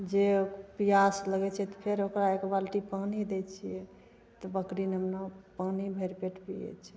जे पिआस लागै छै तऽ फेर ओकरा एक बाल्टी पानी दै छिए तऽ बकरी नेमना पानी भरि पेट पिए छै